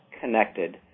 connected